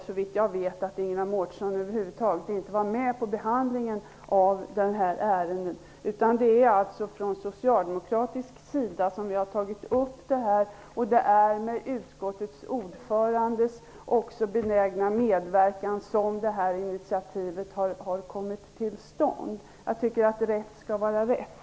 Såvitt jag vet var Ingela Mårtensson över huvud taget inte med vid behandlingen av ärendet, utan det är från socialdemokratisk sida som vi har tagit upp det här, och det är också med utskottets ordförandes benägna medverkan som initiativet har kommit till stånd. Jag tycker att rätt skall vara rätt.